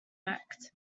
act